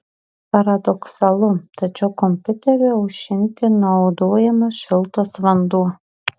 paradoksalu tačiau kompiuteriui aušinti naudojamas šiltas vanduo